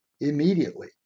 immediately